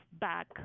back